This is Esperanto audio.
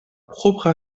propra